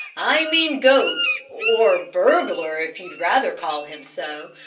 i mean goat, or burglar if you would rather call him so,